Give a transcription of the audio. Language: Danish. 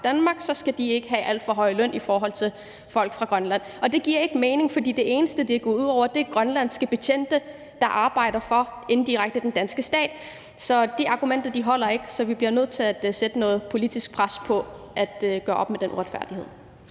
Danmark, skulle de ikke have alt for høj løn i forhold til folk fra Grønland. Men det giver ikke mening, fordi de eneste, det går ud over, er grønlandske betjente, der indirekte arbejder for den danske stat. Så det argument holder ikke. Vi bliver nødt til at lægge et politisk pres for at gøre op med den uretfærdighed.